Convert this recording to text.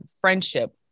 friendship